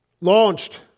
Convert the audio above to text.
Launched